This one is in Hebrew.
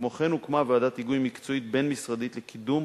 כמו כן הוקמה ועדת היגוי מקצועית בין-משרדית לקידום